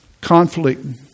conflict